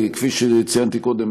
כפי שציינתי קודם,